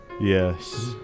Yes